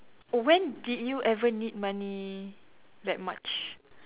when did you ever need money that much